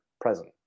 present